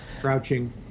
crouching